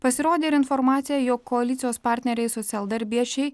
pasirodė ir informacija jog koalicijos partneriai socialdarbiečiai